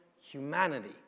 humanity